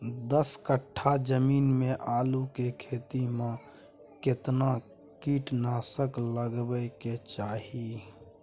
दस कट्ठा जमीन में आलू के खेती म केतना कीट नासक लगबै के चाही?